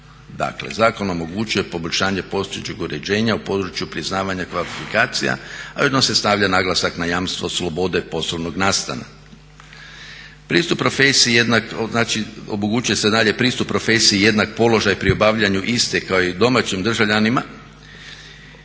zakon omogućuje poboljšanje postojećeg uređenja u području priznavanja kvalifikacija, a ujedno se stavlja naglasak na jamstvo slobode poslovnog nastana. Pristup profesiji omogućuje se dalje pristup profesiji jednak položaj pri obavljanju iste kao i domaćim državljanima